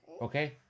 okay